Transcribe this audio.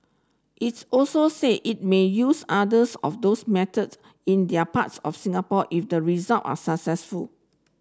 its also say it may use either's of those methods in their parts of Singapore if result are successful